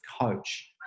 coach